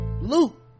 Luke